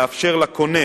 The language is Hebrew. לאפשר לקונה